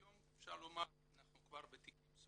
היום אפשר לומר שאנחנו כבר ותיקים,